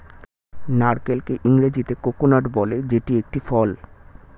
নারকেলকে ইংরেজিতে কোকোনাট বলে যেটি একটি ফল